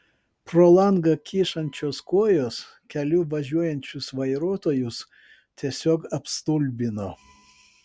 pro langą kyšančios kojos keliu važiuojančius vairuotojus tiesiog apstulbino